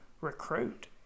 recruit